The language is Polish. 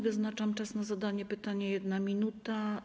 Wyznaczam czas na zadanie pytania - 1 minuta.